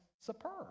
superb